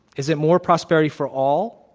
is it more prosperity for all?